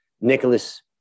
Nicholas